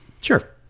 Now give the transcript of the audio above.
Sure